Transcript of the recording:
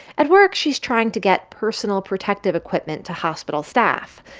at work, she's trying to get personal protective equipment to hospital staff.